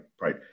Right